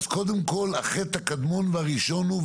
אז קודם כל החטא הקדמון והראשון הוא,